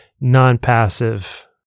non-passive